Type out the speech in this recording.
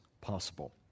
possible